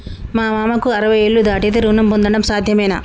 మా మామకు అరవై ఏళ్లు దాటితే రుణం పొందడం సాధ్యమేనా?